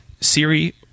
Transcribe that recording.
Siri